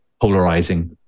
polarizing